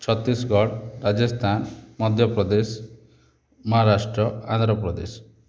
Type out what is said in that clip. Chhattisgarh Rajasthan Madhya Pradesh Maharashtra Andhra Pradesh